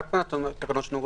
תודה.